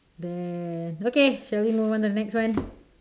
then okay shall we move on to the next one